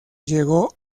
llegó